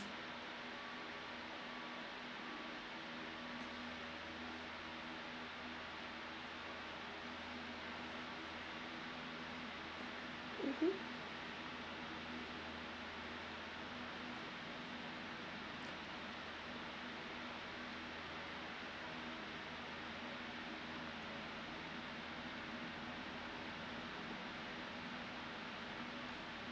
mmhmm